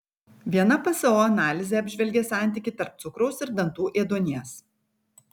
viena pso analizė apžvelgė santykį tarp cukraus ir dantų ėduonies